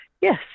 Yes